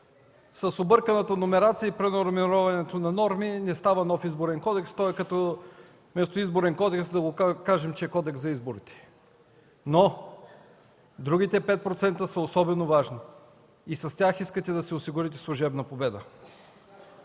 С обърканата номерация и преномерирането на норми не става нов Изборен кодекс. То е вместо „Изборен кодекс” да му кажем, че е „Кодекс за изборите”, но другите 5% са особено важни. И с тях искате да си осигурите служебна победа.